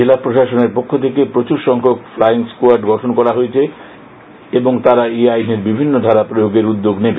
জেলা প্রশাসনের পক্ষ থেকে প্রচুর সংখ্যক ক্লাইং স্কোয়াড গঠন করা হয়েছে এবং তারা এই আইনের বিভিন্ন ধারা প্রয়োগের উদ্যোগ নেবে